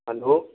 hello